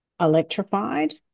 electrified